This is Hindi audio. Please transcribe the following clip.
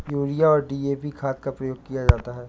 यूरिया और डी.ए.पी खाद का प्रयोग किया जाता है